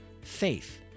Faith